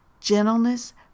gentleness